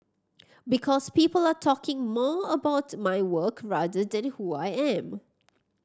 because people are talking more about my work rather than who I am